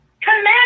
Command